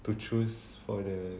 to choose for the